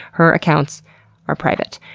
her accounts are private.